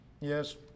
Yes